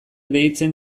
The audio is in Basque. deitzen